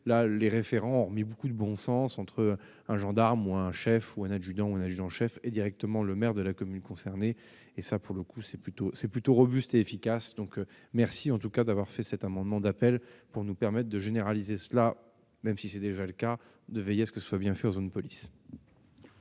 la les référents, mais beaucoup de bon sens, entre un gendarme ou un chef ou un adjudant on en chef est directement le maire de la commune concernée et ça pour le coup, c'est plutôt, c'est plutôt robuste et efficace, donc merci en tout cas d'avoir fait cet amendement d'appel pour nous permettent de généraliser cela, même si c'est déjà le cas de veiller à ce que soit bien faire zone police.